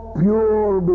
pure